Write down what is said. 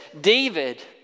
David